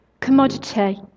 commodity